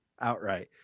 outright